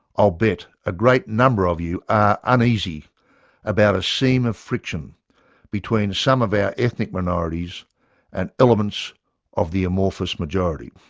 i'll bet a great number of you are uneasy about a seam of friction between some of our ethnic minorities and elements of the amorphous majority.